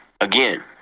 again